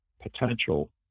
potential